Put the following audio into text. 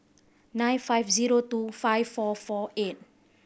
nine five zero two five four four eight